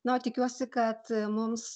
na o tikiuosi kad mums